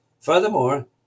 Furthermore